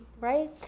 right